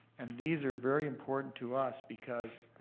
and these are very important to us because